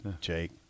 Jake